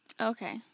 Okay